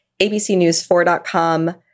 abcnews4.com